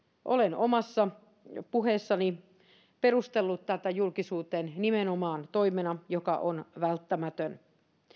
olen omassa puheessani perustellut tätä julkisuuteen nimenomaan toimena joka on välttämätön